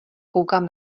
koukám